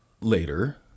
later